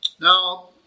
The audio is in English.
Now